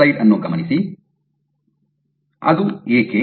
ಅದು ಏಕೆ